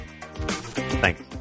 Thanks